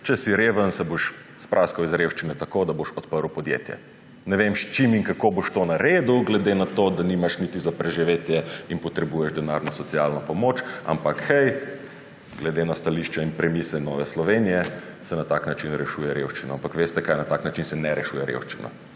če si reven, se boš spraskal iz revščine tako, da boš odprl podjetje. Ne vem, s čim in kako boš to naredil glede na to, da nimaš niti za preživetje in potrebuješ denarno socialno pomoč, ampak hej, glede na stališče in premise Nove Slovenije se na tak način rešuje revščina. Ampak veste, kaj? Na tak način se ne rešuje revščine,